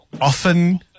often